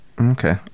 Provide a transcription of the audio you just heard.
Okay